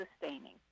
sustaining